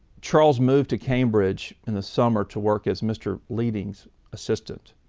charles moved to cambridge in the summer to work as mr. leeding's assistant.